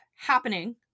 happening